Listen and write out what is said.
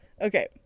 okay